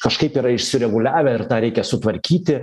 kažkaip yra išsireguliavę ir tą reikia sutvarkyti